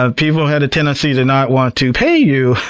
ah people had a tendency to not want to pay you,